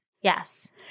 Yes